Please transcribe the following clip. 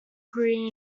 career